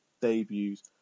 debuts